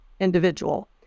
individual